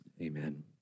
Amen